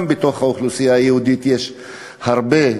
גם בתוך האוכלוסייה היהודית יש הרבה מגזרים,